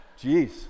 Jeez